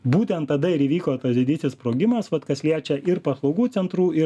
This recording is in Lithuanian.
būtent tada ir įvyko tas didysis sprogimas vat kas liečia ir paslaugų centrų ir